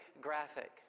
graphic